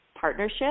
partnership